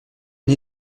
une